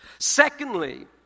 Secondly